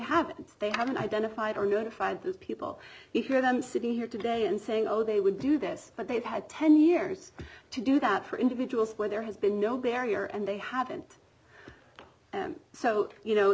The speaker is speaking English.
have they haven't identified or notified those people if you had them sitting here today and saying oh they would do this but they've had ten years to do that for individuals where there has been no barrier and they haven't so you know